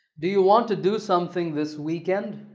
do you want to do something this weekend?